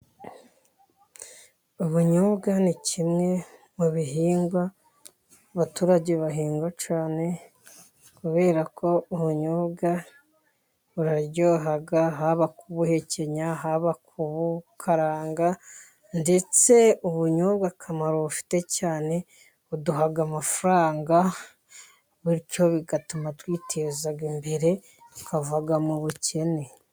Ubunyobwa ni kimwe mu bihingwa abaturage bahinga cyane, kubera ko ubunyobwa buraryoha haba kubuhekenya, haba kubukaranga, ndetse ubunyobwa akamaro bufite cyane buduha amafaranga, bityo bigatuma twiteza imbere tukava mu bukene.